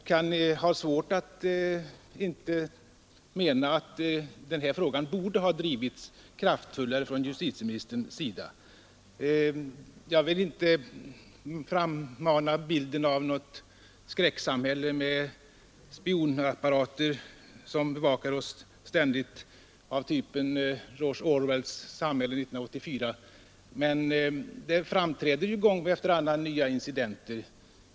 Jag menar att den här frågan borde ha drivits kraftfullare från justitieministerns sida. Jag vill inte frammana bilden av något skräcksamhälle med spionapparater som ständigt bevakar oss, av typen George Orwells samhälle i ”1984”, men det inträffar gång efter annan nya incidenter.